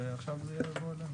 ועכשיו זה יעבור אלינו